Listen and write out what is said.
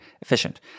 efficient